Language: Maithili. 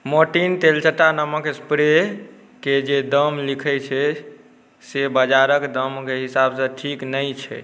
मॉर्टीन तेलचट्टा नामक स्प्रे के जे दाम लिखै छै से बाजारक दामक हिसाब सँ ठीक नहि छै